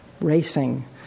racing